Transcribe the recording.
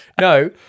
No